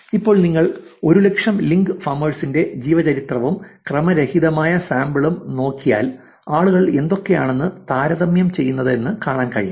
ഇപ്പോൾ നിങ്ങൾ 100000 link farmers ഇന്റെ ജീവചരിത്രവും ക്രമരഹിതമായ സാമ്പിളും നോക്കിയാൽ ആളുകൾ എന്തൊക്കെയാണെന്ന് താരതമ്യം ചെയ്യുന്നത് എന്ന് കാണാം